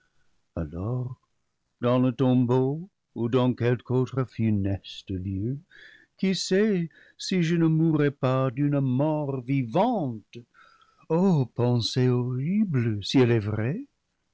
alors dans le tombeau ou dans quelque autre funeste lieu qui sais si je ne mourrais pas d'une mort vivante o pensée horrible si elle est vraie